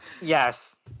Yes